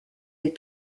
les